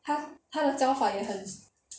他他的教法也很